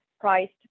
priced